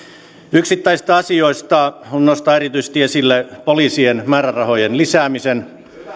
yksittäisistä asioista haluan nostaa erityisesti esille poliisien määrärahojen lisäämisen